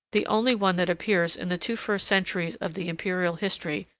the only one that appears in the two first centuries of the imperial history,